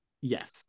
yes